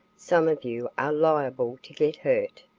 some of you are liable to get hurt,